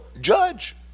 judge